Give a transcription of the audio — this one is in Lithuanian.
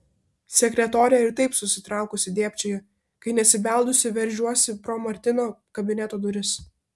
sekretorė ir taip susiraukusi dėbčioja kai nesibeldusi veržiuosi pro martino kabineto duris